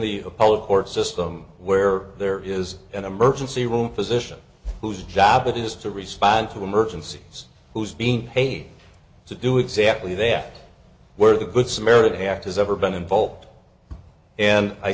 the appellate court system where there is an emergency room physician whose job it is to respond to emergencies who's being paid to do exactly there where the good samaritan act has ever been involved and i